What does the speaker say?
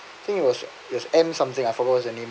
think it was it was n something I forgot what's the name